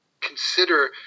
consider